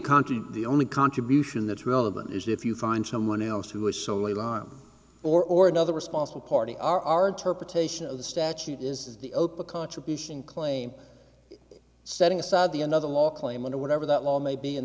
contrie the only contribution that is relevant is if you find someone else who is solely larm or or another responsible party are our interpretation of the statute is the opa contribution claim setting aside the another law claimant or whatever that law may be in